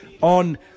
on